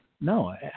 no